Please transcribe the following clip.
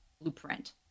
blueprint